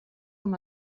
com